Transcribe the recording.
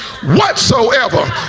whatsoever